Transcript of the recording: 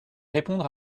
répondre